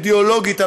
אידיאולוגית,